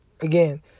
again